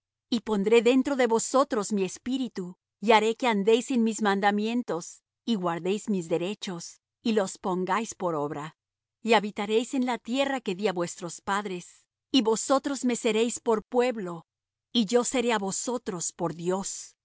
y pondré dentro de vosotros mi espíritu y haré que andéis en mis mandamientos y guardéis mis derechos y los pongáis por obra y habitaréis en la tierra que dí á vuestros padres y vosotros me seréis por pueblo y yo seré á vosotros por dios